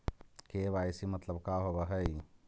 KYC मतलब का होव हइ?